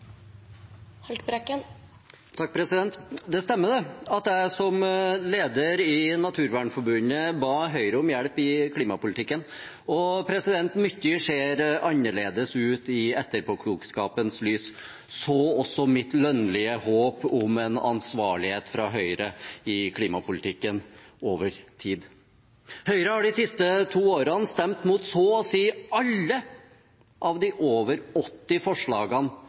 Det stemmer at jeg som leder i Naturvernforbundet ba Høyre om hjelp i klimapolitikken. Det er mye som ser annerledes ut i etterpåklokskapens lys, så også mitt lønnlige håp om en ansvarlighet fra Høyre i klimapolitikken over tid. Høyre har de siste to årene stemt imot så å si alle av de over 80 forslagene